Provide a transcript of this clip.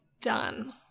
done